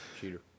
Cheater